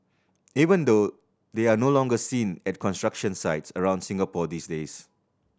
even though they are no longer seen at construction sites around Singapore these days